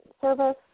service